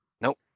Nope